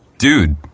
Dude